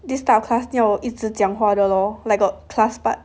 this type of class 要一直讲话的 lor like got class part